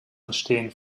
entstehen